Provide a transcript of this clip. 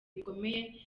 bikomeye